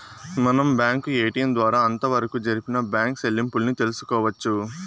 మనం bank ATM ద్వారా అంతవరకు జరిపిన బ్యాంకు సెల్లింపుల్ని తెలుసుకోవచ్చు